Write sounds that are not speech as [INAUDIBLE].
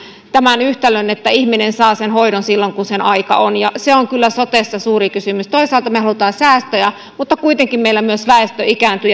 tämän yhtälön että ihminen saa sen hoidon silloin kun sen aika on se on kyllä sotessa suuri kysymys toisaalta me haluamme säästöjä mutta kuitenkin meillä myös väestö ikääntyy [UNINTELLIGIBLE]